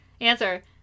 Answer